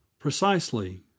Precisely